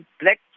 black